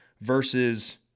versus